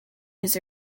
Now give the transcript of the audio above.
his